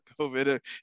COVID